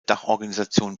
dachorganisation